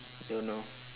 don't know